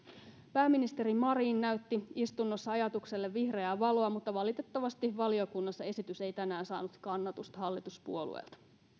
pääministeri marin näytti istunnossa ajatukselle vihreää valoa mutta valitettavasti valiokunnassa esitys ei tänään saanut kannatusta hallituspuolueilta